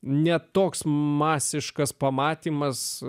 ne toks masiškas pamatymas